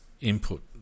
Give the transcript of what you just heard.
input